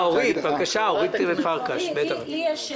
יש לי שאלה